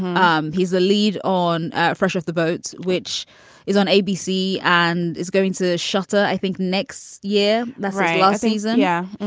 um he's a lead on fresh off the boat, which is on abc, and is going to shutter, i think, next year. that's right. all season. yeah.